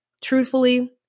truthfully